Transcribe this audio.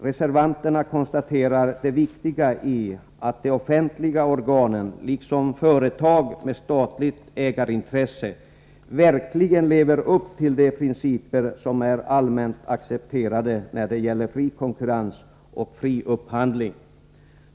Reservanterna konstaterar det viktiga i att de offentliga organen, liksom företag med statligt ägarintresse, verkligen lever upp till de principer som är allmänt accepterade när det gäller fri konkurrens och fri upphandling.